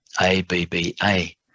A-B-B-A